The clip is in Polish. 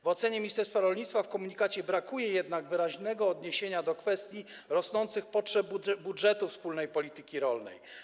W ocenie ministerstwa rolnictwa w komunikacie brakuje jednak wyraźnego odniesienia się do kwestii rosnących potrzeb budżetu wspólnej polityki rolnej.